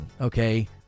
Okay